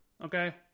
okay